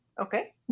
Okay